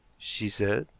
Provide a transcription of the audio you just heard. she said.